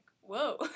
whoa